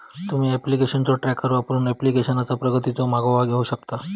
तुम्ही ऍप्लिकेशनचो ट्रॅकर वापरून ऍप्लिकेशनचा प्रगतीचो मागोवा घेऊ शकता